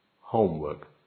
homework